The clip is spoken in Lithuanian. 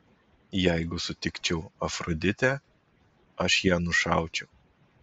jeigu sutikčiau afroditę aš ją nušaučiau